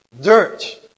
dirt